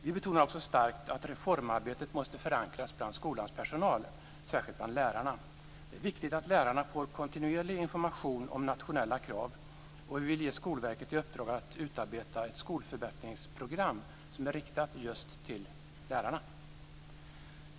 Vi betonar också starkt att reformarbetet måste förankras bland skolans personal, särskilt bland lärarna. Det är viktigt att lärarna får kontinuerlig information om nationella krav, och vi vill ge Skolverket i uppdrag att utarbeta ett skolförbättringsprogram som är riktat just till lärarna.